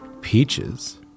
Peaches